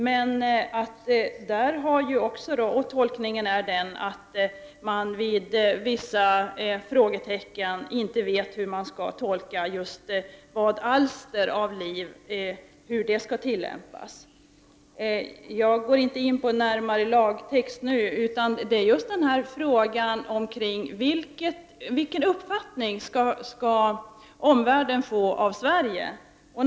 De frågetecken som kan uppstå är att man inte vet hur lagen skall tillämpas och tolkas när det gäller alstring av liv. Jag går inte in närmare på lagtexten nu. Frågan är vilken uppfattning omvärlden skall få av Sverige.